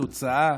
התוצאה